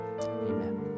Amen